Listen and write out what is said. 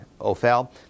Ophel